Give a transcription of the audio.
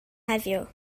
heddiw